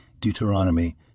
Deuteronomy